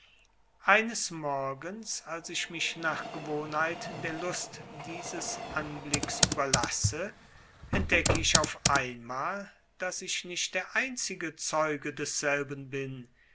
eines morgens als ich mich nach gewohnheit der lust dieses anblicks überlasse entdecke ich auf einmal daß ich nicht der einzige zeuge desselben bin